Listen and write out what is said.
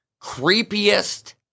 creepiest